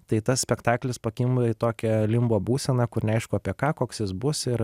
tai tas spektaklis pakimba į tokią limbo būseną kur neaišku apie ką koks jis bus ir